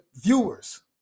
viewers